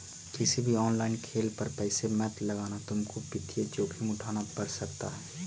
किसी भी ऑनलाइन खेल पर पैसे मत लगाना तुमको वित्तीय जोखिम उठान पड़ सकता है